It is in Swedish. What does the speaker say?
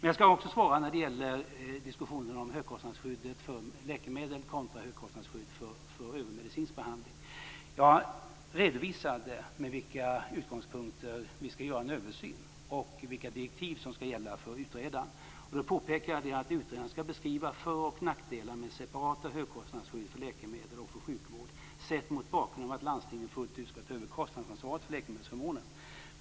Jag skall också svara på frågan om högkostnadsskyddet för läkemedel kontra högkostnadsskyddet för övrig medicinsk behandling. Jag redovisade med vilka utgångspunkter vi skall göra en översyn och vilka direktiv som skall gälla för utredaren. Jag påpekade att utredaren skall beskriva för och nackdelar med separata högkostnadsskydd för läkemedel och för sjukvård sett mot bakgrund av att landstingen fullt ut skall ta över kostnadsansvaret för läkemedelsförmånen.